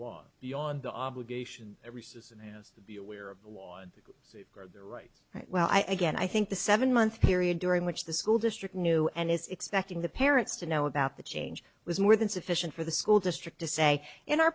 wall beyond the obligation every citizen has to be aware of their rights well i again i think the seven month period during which the school district knew and is expecting the parents to know about the change was more than sufficient for the school district to say in our